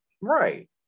right